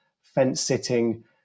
fence-sitting